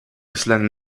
bislang